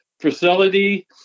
facility